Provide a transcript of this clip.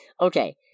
okay